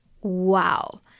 Wow